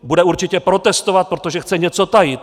Bude určitě protestovat, protože chce něco tajit.